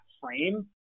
frame